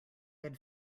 had